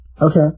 Okay